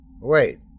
Wait